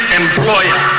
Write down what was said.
employer